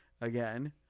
again